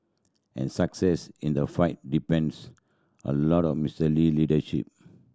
and success in the fight depends a lot on Mister Lee leadership